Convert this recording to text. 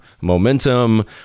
momentum